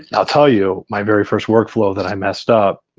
yeah i'll tell you, my very first workflow that i messed up